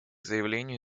заявлению